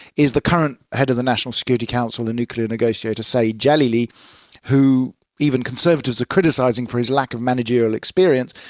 is the current head of the national security council and nuclear negotiator saeed jalili who even conservatives are criticising for his lack of managerial experience.